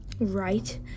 Right